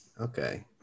Okay